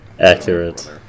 Accurate